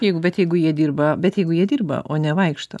jeigu bet jeigu jie dirba bet jeigu jie dirba o nevaikšto